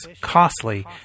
costly